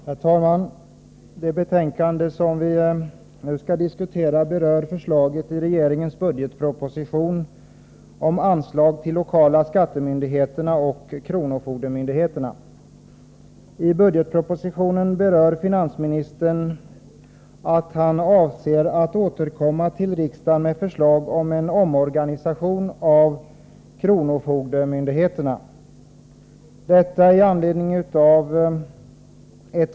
Herr talman! Det betänkande som vi nu skall diskutera berör förslaget i regeringens budgetproposition om anslag till lokala skattemyndigheterna och kronofogdemyndigheterna. I budgetpropositionen anför finansministern, med anledning av ett förslag från riksskatteverkets styrelse, att han avser att återkomma till riksdagen med förslag om en omorganisation av kronofogdemyndigheterna.